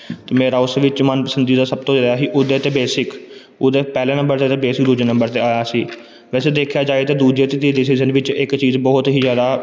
ਅਤੇ ਮੇਰਾ ਉਸ ਵਿੱਚ ਮਨਪਸੰਦੀਦਾ ਸਭ ਤੋਂ ਜ਼ਿਆਦਾ ਸੀ ਉਦੈ ਅਤੇ ਬੇਸਿਕ ਉਦੈ ਪਹਿਲੇ ਨੰਬਰ 'ਤੇ ਅਤੇ ਬੇਸਿਕ ਦੂਜੇ ਨੰਬਰ 'ਤੇ ਆਇਆ ਸੀ ਵੈਸੇ ਦੇਖਿਆ ਜਾਵੇ ਤਾਂ ਦੂਜੇ ਅਤੇ ਤੀਜੇ ਸੀਜ਼ਨ ਵਿੱਚ ਇੱਕ ਚੀਜ਼ ਬਹੁਤ ਹੀ ਜ਼ਿਆਦਾ